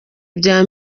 bya